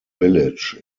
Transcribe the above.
village